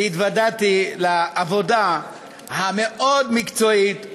שהתוודעתי לעבודה המאוד-מקצועית,